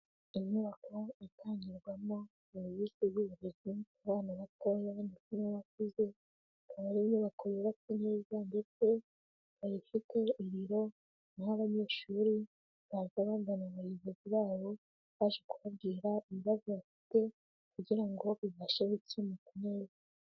Inyubako itanyurwamo serivise z'uburezi ku bana batoya ndetse n'abakuze, akaba ari inyubako yubatse neza ndetse, ikaba ifite ibiro aho abanyeshuri baza bagana abayobozi babo, baje kubabwira ibibazo bafite kugira ngo bibashe gukemuka neza.